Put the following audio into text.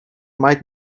might